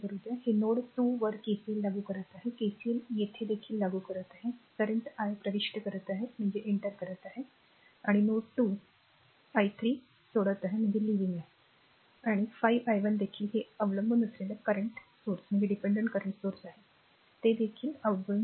तर हे नोड 2 वर KCL लागू करत आहे KCL येथे देखील लागू करत आहे current i 1प्रविष्ट करत आहे आणि नोड 2 i 3 सोडत आहे आणि 5 i 1 देखील हे अवलंबून असलेले current स्त्रोत आहे ते देखील सोडत आहे